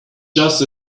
just